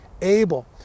Abel